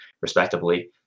respectively